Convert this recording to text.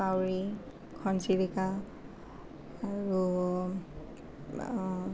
কাউৰী ঘৰচিৰিকা আৰু